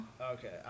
Okay